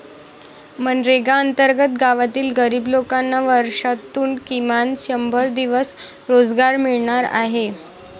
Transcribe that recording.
मनरेगा अंतर्गत गावातील गरीब लोकांना वर्षातून किमान शंभर दिवस रोजगार मिळणार आहे